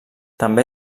també